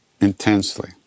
intensely